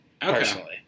personally